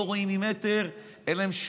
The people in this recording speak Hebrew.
לא רואים ממטר.